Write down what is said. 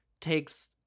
takes